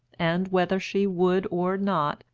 and, whether she would or not,